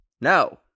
No